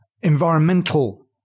environmental